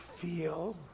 feel